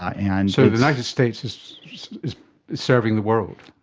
ah and so the united states is is serving the world?